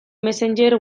messenger